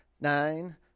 nine